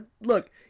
look